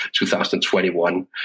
2021